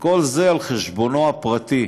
וכל זה על חשבונו הפרטי.